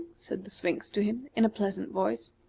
said the sphinx to him, in a pleasant voice.